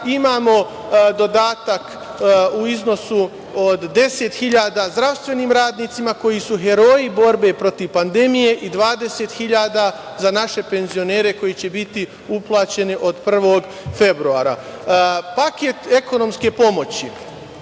imamo dodatak u iznosu od 10.000 dinara zdravstvenim radnicima koji su heroji borbe protiv pandemije i 20.000 za naše penzionere koji će biti uplaćeni od 1. februara. Paket ekonomske pomoći